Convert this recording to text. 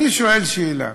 אני שואל שאלה: